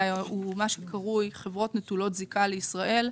הוא מה שקרוי חברות נטולות זיקה לישראל,